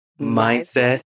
mindset